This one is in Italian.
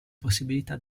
possibilità